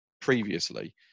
previously